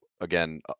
again